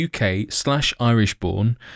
UK-slash-Irish-born